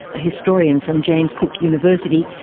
a historian from james cook university,